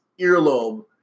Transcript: earlobe